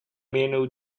menu